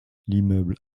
l’immeuble